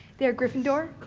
they are gryffindor,